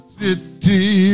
city